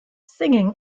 singing